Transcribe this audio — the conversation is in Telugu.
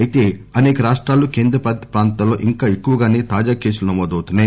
అయితే అసేక రాష్రాలు కేంద్రపాలిత ప్రాంతాల్లో ఇంకా ఎక్కువగానే తాజా కేసులు నమోదవుతున్నాయి